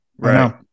Right